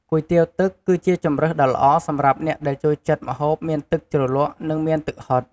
គុយទាវទឹកគឺជាជម្រើសដ៏ល្អសម្រាប់អ្នកដែលចូលចិត្តម្ហូបមានទឹកជ្រលក់និងមានទឹកហុត។